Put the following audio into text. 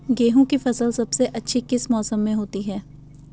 गेहूँ की फसल सबसे अच्छी किस मौसम में होती है